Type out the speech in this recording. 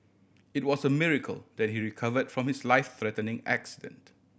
it was a miracle that he recover from his life threatening accident